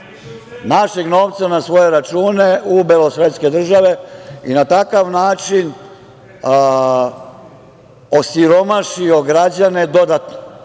našeg novca na svoje račune u belosvetske države i na takav način osiromašio građane dodatno. Dakle,